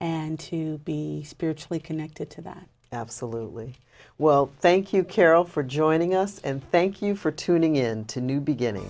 and to be spiritually connected to that absolutely well thank you carol for joining us and thank you for tuning in to new beginning